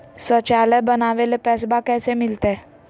शौचालय बनावे ले पैसबा कैसे मिलते?